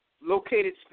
located